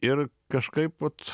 ir kažkaip vat